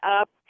up